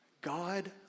God